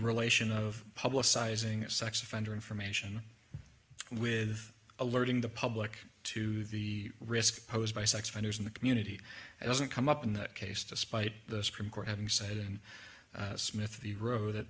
relation of publicizing sex offender information with alerting the public to the risk posed by sex offenders in the community doesn't come up in that case despite the supreme court having said in smith the row that